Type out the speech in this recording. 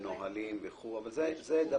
לכן היא שמה שלייקס לנושא הזה.